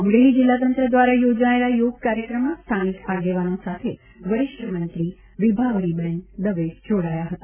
અમરેલી જિલ્લાતંત્ર દ્વારા યોજાયેલા યોગ કાર્યક્રમમાં સ્થાનિક આગેવાનો સાથે વરિષ્ઠ મંત્રી વિભાવરીબેન દવે જોડાયા હતા